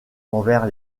envers